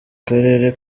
karere